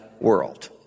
world